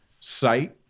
site